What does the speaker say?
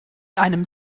einem